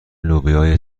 لوبیا